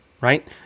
right